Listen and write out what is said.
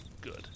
good